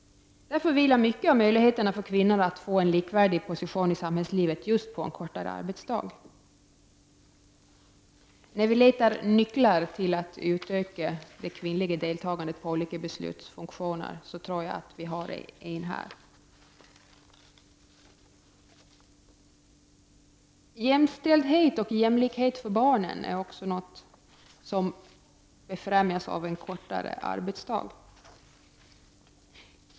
Därför vilar mycket av möjligheterna för kvinnor att rycka fram till en likvärdig position i samhällslivet just på en kortare arbetsdag. När vi letar nycklar för att utöka det kvinnliga deltagandet i olika beslut tror jag att vi har en här. Jämställdhet och jämlikhet för barnen är också något som befrämjas av en kortare arbetsdag.